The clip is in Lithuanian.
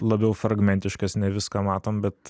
labiau fragmentiškas ne viską matom bet